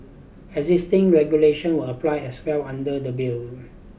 existing regulations will apply as well under the bill